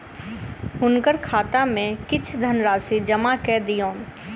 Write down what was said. हुनकर खाता में किछ धनराशि जमा कय दियौन